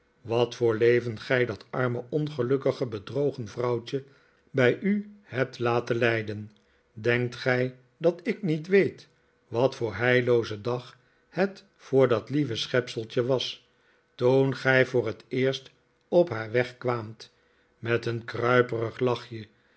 wat voor leven gij dat arme ongelukkige bedrogen vrouwtje bij u hebt laten leiden denkt gij dat ik niet weet wat voor heillooze dag het voor dat lieve schepseltje was toen gij voor het eerst op haar weg kwaamt met een kruiperig lachje